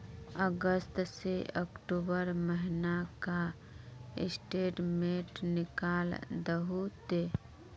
अगस्त से अक्टूबर महीना का स्टेटमेंट निकाल दहु ते?